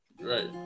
Right